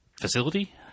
facility